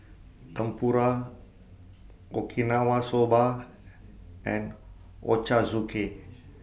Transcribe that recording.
Tempura Okinawa Soba and Ochazuke